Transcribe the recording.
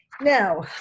Now